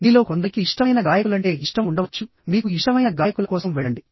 మీలో కొందరికి ఇష్టమైన గాయకులంటే ఇష్టం ఉండవచ్చు మీకు ఇష్టమైన గాయకుల కోసం వెళ్ళండి